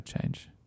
change